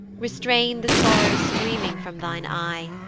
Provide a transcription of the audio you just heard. restrain the sorrow streaming from thine eye,